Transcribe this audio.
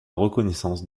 reconnaissance